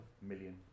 million